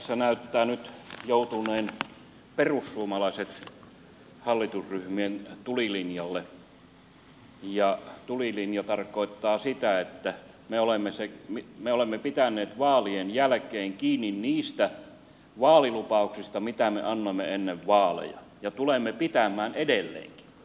tässä näyttää nyt perussuomalaiset joutuneen hallitusryhmien tulilinjalle ja tulilinja tarkoittaa sitä että me olemme pitäneet vaalien jälkeen kiinni niistä vaalilupauksista mitä me annoimme ennen vaaleja ja tulemme pitämään edelleenkin